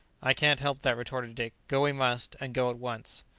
i can't help that, retorted dick go we must, and go at once.